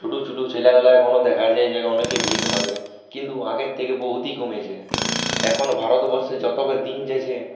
ছোটো ছোটো ছেলেগুলো এখনও দেখা যায় যে অনেকেই ভিক মাগে কিন্তু আগের থেকে প্রভৃতি কমেছে এখন ভারতবর্ষে যতটা দিন যাচ্ছে